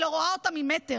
היא לא רואה אותם ממטר.